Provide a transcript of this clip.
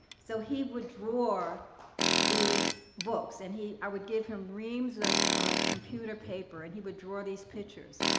so he would draw these books. and he i would give him reams of of computer paper and he would draw these pictures.